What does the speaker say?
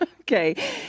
Okay